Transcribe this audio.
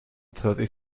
thirty